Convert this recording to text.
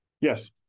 Yes